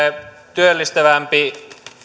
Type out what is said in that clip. työllistävämpi